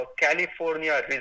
California